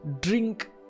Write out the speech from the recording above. drink